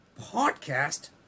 podcast